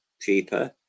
cheaper